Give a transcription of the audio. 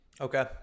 Okay